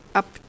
up